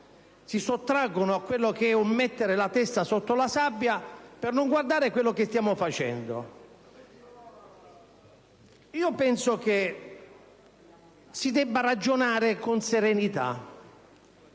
si sottraggono dal mettere la testa sotto la sabbia per non guardare quel che stiamo facendo. Io penso si debba ragionare con serenità,